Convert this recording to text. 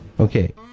Okay